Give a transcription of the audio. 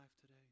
today